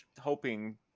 hoping